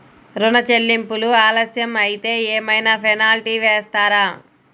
ఋణ చెల్లింపులు ఆలస్యం అయితే ఏమైన పెనాల్టీ వేస్తారా?